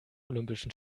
olympischen